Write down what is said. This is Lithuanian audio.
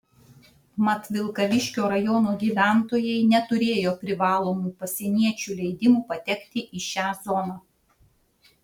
mat vilkaviškio rajono gyventojai neturėjo privalomų pasieniečių leidimų patekti į šią zoną